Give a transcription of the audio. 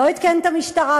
לא עדכן את המשטרה,